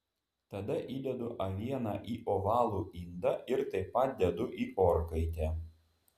tada įdedu avieną į ovalų indą ir taip pat dedu į orkaitę